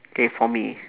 K for me